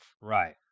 Right